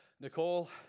Nicole